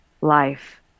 life